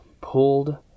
pulled